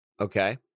Okay